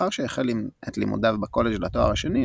לאחר שהחל את לימודיו בקולג' לתואר השני,